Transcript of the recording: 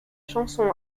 chanson